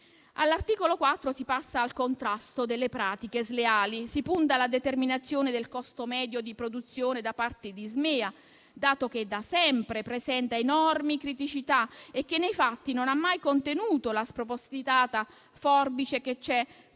All'articolo 4 si passa al contrasto delle pratiche sleali. Si punta alla determinazione del costo medio di produzione da parte di Ismea, dato che da sempre presenta enormi criticità e che nei fatti non ha mai contenuto la spropositata forbice che c'è tra il prodotto